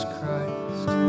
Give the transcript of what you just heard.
Christ